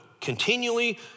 continually